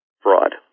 fraud